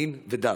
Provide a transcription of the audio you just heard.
מין ודת.